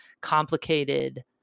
complicated